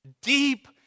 Deep